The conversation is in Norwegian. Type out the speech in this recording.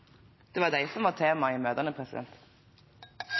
Det var dette som var temaet i møtene.